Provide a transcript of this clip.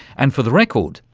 and for the record,